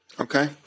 Okay